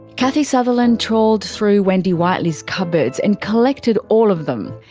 kathie sutherland trawled through wendy whiteley's cupboards and collected all of them.